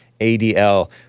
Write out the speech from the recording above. ADL